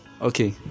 Okay